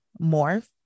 morph